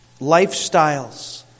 lifestyles